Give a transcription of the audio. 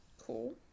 Cool